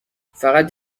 فقط